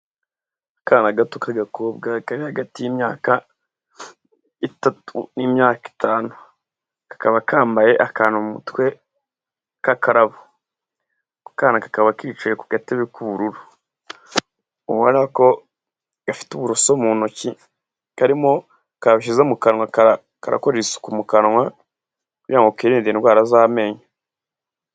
Akana gato kagakobwa kari hagati y'imyaka itatu n'imyaka itanu. Kakaba kambaye akantu mu mutwe k'akarabo, ako kana kakaba kicaye ku gatebe k'ubururu, ubonako gafite uburoso mu ntoki, karimo kabushyize mu kanwa, karakora isuku mu kanwa kugira kirinde indwara z'amenyo.